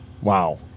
Wow